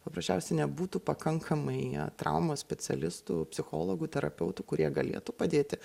paprasčiausiai nebūtų pakankamai traumos specialistų psichologų terapeutų kurie galėtų padėti